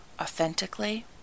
authentically